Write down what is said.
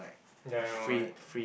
ya I know like